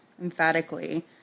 emphatically